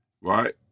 right